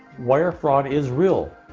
wire fraud is real!